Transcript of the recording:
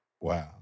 wow